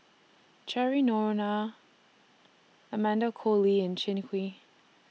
Cheryl Noronha Amanda Koe Lee and Kin Chui